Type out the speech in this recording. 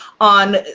on